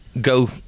go